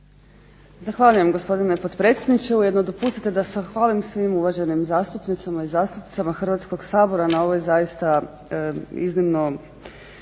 Zahvaljujem gospodine potpredsjedniče, ujedno dopustite da zahvalim svim uvaženim zastupnicima i zastupnicama Hrvatskog sabora na ovoj zaista iznimno